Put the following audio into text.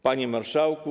Panie Marszałku!